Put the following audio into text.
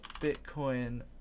Bitcoin